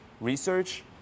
research